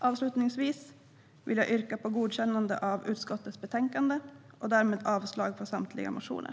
Avslutningsvis yrkar jag bifall till utskottets förslag i betänkandet och därmed avslag på samtliga motioner.